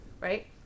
right